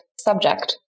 subject